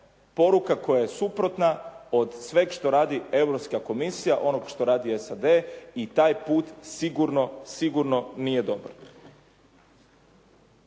poruka koja je suprotna od sveg što radi Europska komisija, onog što radi SAD i taj put sigurno, sigurno nije dobar.